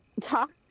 talk